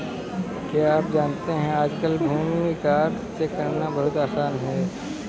क्या आप जानते है आज कल भूमि रिकार्ड्स चेक करना बहुत आसान है?